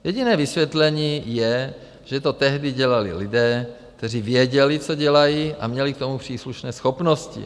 Jediné vysvětlení je, že to tehdy dělali lidé, kteří věděli, co dělají, a měli k tomu příslušné schopnosti.